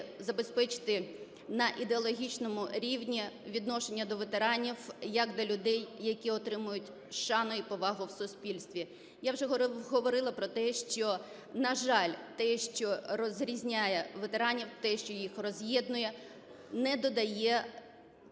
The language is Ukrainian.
забезпечити на ідеологічному рівні відношення до ветеранів як до людей, які отримують шану і повагу в суспільстві. Я вже говорила про те, що, на жаль, те, що розрізняє ветеранів, те, що їх роз'єднує, не додає